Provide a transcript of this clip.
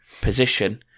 position